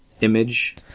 image